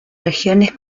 regiones